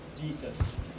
Jesus